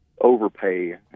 Overpay